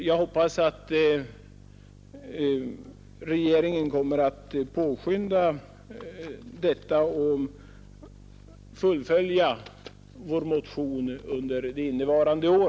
Jag hoppas att regeringen kommer att påskynda detta och tillmötesgå önskemålen i vår motion redan innevarande år.